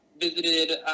visited